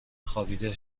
خوابیده